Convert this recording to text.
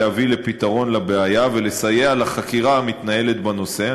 להביא לפתרון לבעיה ולסייע בחקירה המתנהלת בנושא.